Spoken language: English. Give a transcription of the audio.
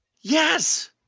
Yes